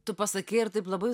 tu pasakei ir taip labai